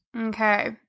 Okay